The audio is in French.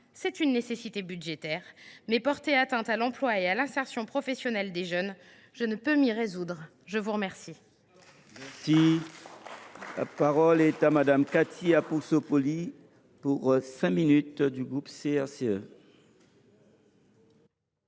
est une nécessité budgétaire, mais porter atteinte à l’emploi et à l’insertion professionnelle des jeunes, je ne peux m’y résoudre ! La parole